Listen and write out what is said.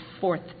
fourth